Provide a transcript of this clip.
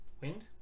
wind